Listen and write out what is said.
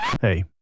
Hey